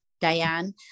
Diane